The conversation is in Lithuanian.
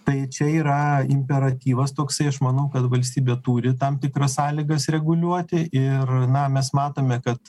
tai čia yra imperatyvas toksai aš manau kad valstybė turi tam tikras sąlygas reguliuoti ir na mes matome kad